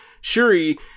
Shuri